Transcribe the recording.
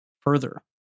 further